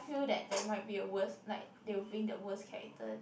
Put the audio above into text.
feel that there might be a worse like they will bring their worst character